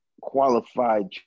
qualified